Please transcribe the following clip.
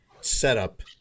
setup